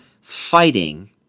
fighting